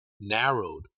narrowed